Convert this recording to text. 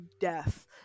death